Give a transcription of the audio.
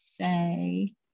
say